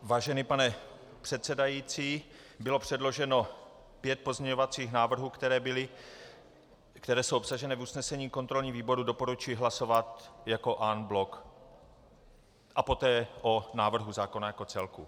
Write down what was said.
Vážený pane předsedající, bylo předloženo pět pozměňovacích návrhů, které jsou obsaženy v usnesení kontrolního výboru, doporučuji hlasovat jako en bloc, a poté o návrhu zákona jako celku.